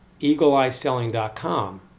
eagleeyeselling.com